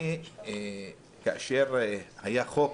כאשר היה חוק